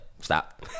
stop